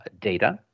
Data